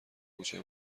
کوچه